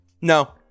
No